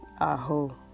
aho